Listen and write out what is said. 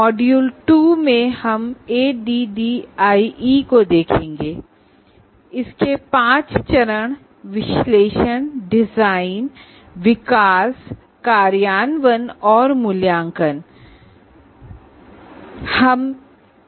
module 2 में हम ADDIE के पांच चरण है अनालसिस डिजाइन डेवलपमेंट इंप्लीमेंट और evaluate Analysis Design Development Implement and Evaluate को जानेंगे